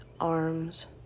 arms